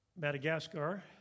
Madagascar